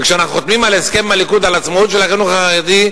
וכשאנחנו חותמים על הסכם עם הליכוד על עצמאות של החינוך החרדי,